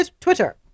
Twitter